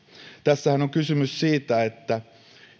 tässähän on on kysymys siitä että